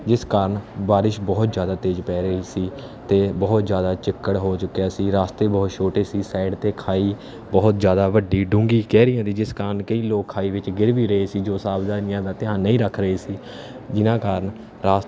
ਜਿਸ ਕਾਰਨ ਬਾਰਿਸ਼ ਬਹੁਤ ਜ਼ਿਆਦਾ ਤੇਜ਼ ਪੈ ਰਹੀ ਸੀ ਅਤੇ ਬਹੁਤ ਜ਼ਿਆਦਾ ਚਿੱਕੜ ਹੋ ਚੁੱਕਿਆ ਸੀ ਰਾਸਤੇ ਬਹੁਤ ਛੋਟੇ ਸੀ ਸਾਈਡ 'ਤੇ ਖਾਈ ਬਹੁਤ ਜ਼ਿਆਦਾ ਵੱਡੀ ਡੂੰਘੀ ਕਹਿਰੀ ਹੁੰਦੀ ਜਿਸ ਕਾਰਨ ਕਈ ਲੋਕ ਖਾਈ ਵਿੱਚ ਗਿਰ ਵੀ ਰਹੇ ਸੀ ਜੋ ਸਾਵਧਾਨੀਆਂ ਦਾ ਧਿਆਨ ਨਹੀਂ ਰੱਖ ਰਹੇ ਸੀ ਜਿਹਨਾਂ ਕਾਰਨ ਰਾਸ